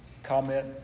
Comment